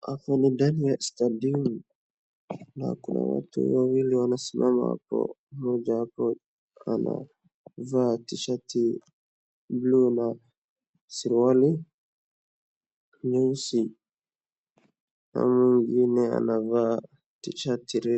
Hapa ni ndani ya stadium na kuna watu wawili wanasimama hapo mmoja hapo anavaaa t-shirt blue na suruali nyeusi na mwingine anavaa t-shirt .